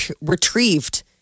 retrieved